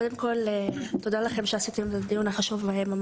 קודם כל תודה לכם על קיום הדיון החשוב הזה.